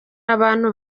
abantu